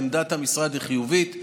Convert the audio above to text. עמדת המשרד היא חיובית.